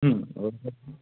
वो तो है